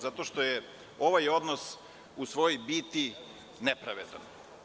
Zato što je ovaj odnos u svojoj biti nepravedan.